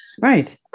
Right